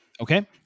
Okay